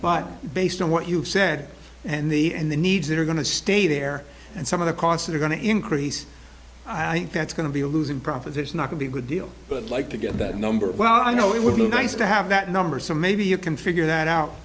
but based on what you said and the and the needs that are going to stay there and some of the costs are going to increase i think that's going to be a losing proposition not to be a good deal but like to get that number well i know it would be nice to have that number so maybe you can figure that out